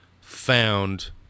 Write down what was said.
found